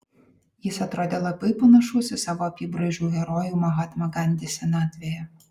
jis atrodė labai panašus į savo apybraižų herojų mahatmą gandį senatvėje